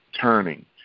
turning